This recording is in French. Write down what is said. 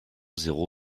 zéro